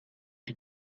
die